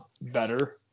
better